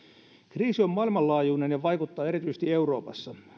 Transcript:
kriisi on maailmanlaajuinen ja vaikuttaa erityisesti euroopassa